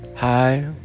Hi